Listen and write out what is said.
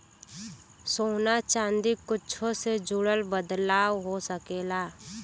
सोना चादी कुच्छो से जुड़ल बदलाव हो सकेला